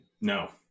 No